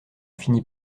finit